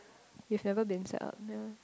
you've never been set up yea